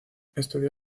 estudió